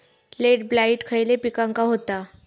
Late blight खयले पिकांका होता?